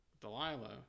Delilah